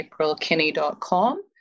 aprilkinney.com